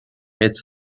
its